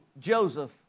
Joseph